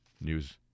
news